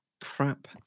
crap